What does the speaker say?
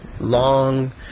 long